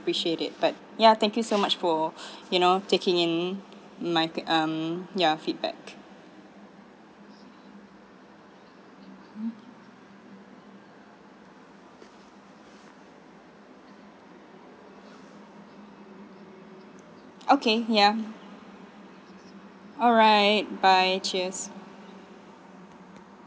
appreciate it but ya thank you so much for you know taking in mighty um ya feedback okay ya alright bye cheers